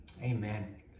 Amen